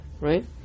Right